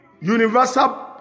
universal